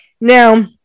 Now